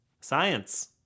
Science